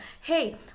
hey